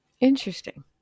Interesting